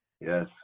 yes